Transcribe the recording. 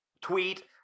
tweet